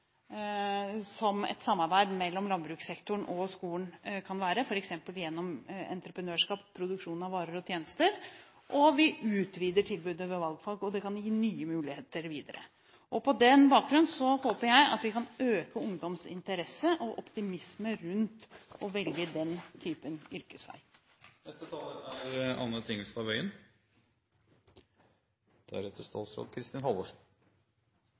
som et samarbeid mellom landbrukssektoren og skolen kan være, f.eks. gjennom entreprenørskap og produksjon av varer og tjenester, og vi utvider valgfagstilbudet. Det kan gi nye muligheter videre. På den bakgrunn håper jeg at vi kan øke ungdommens interesse og optimisme rundt å velge den typen